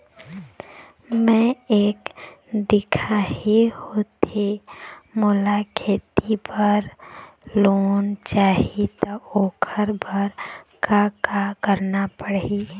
मैं एक दिखाही होथे मोला खेती बर लोन चाही त ओकर बर का का करना पड़ही?